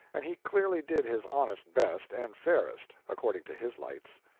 and he clearly did his honest best and fairest according to his lights.